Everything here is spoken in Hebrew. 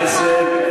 אדוני היושב-ראש,